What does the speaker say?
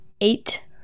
eight